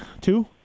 two